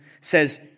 says